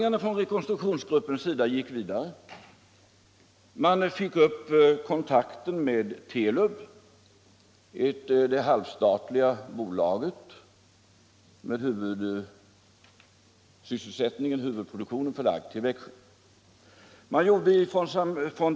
Rekonstruktionsgruppens förhandlingar gick vidare. Man fick kontakt med Telub, det halvstatliga bolaget med huvudproduktionen förlagd till Växjö.